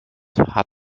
hat